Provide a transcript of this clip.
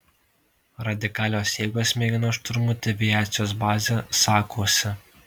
radikalios jėgos mėgino šturmuoti aviacijos bazę sakuose